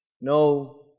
no